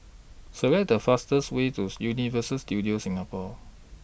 Select The fastest Way tools Universal Studios Singapore